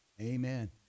Amen